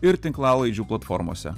ir tinklalaidžių platformose